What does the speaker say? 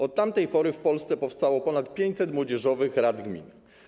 Od tamtej pory w Polsce powstało ponad 500 młodzieżowych rad gmin.